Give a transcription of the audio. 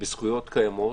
בזכויות קיימות.